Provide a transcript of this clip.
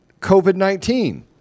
COVID-19